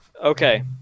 Okay